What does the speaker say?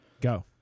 Go